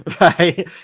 Right